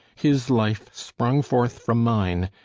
his life sprung forth from mine!